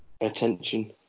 attention